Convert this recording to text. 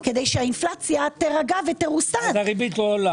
כדי שהאינפלציה תירגע ותרוסן.